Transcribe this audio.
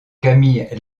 camille